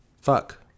fuck